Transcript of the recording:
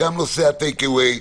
נושא הטייק אווי,